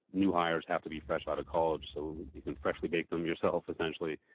new hires have to be fresh out of college so you can freshly bake them yourself essentially,